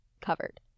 covered